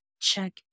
check